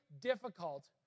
difficult